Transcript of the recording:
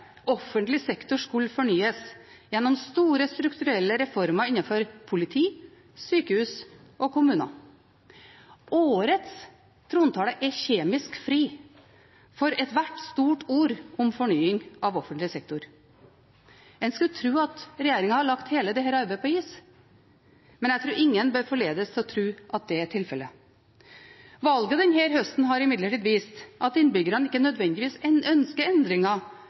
offentlig sektor skulle fornyes gjennom store strukturelle reformer innenfor politi, sykehus og kommuner. Årets trontale er kjemisk fri for ethvert stort ord om fornying av offentlig sektor. En skulle tro at regjeringen har lagt hele dette arbeidet på is. Men jeg tror ingen bør forledes til å tro at det er tilfellet. Valget denne høsten har imidlertid vist at innbyggerne ikke nødvendigvis ønsker